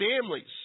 families